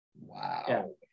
wow